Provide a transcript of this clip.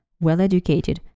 well-educated